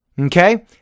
Okay